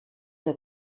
der